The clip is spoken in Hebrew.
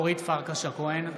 בעד אורית פרקש הכהן,